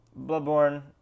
Bloodborne